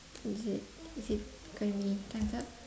is it is it gonna be times up